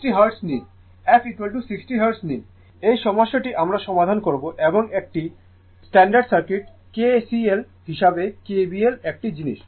f60 hertz নিন এই সমস্যাটি আমরা সমাধান করব এবং একটি স্ট্যান্ডার্ড সার্কিট KCL হিসাবে KBL একটি জিনিস